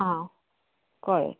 आं कळ्ळें